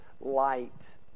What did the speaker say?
light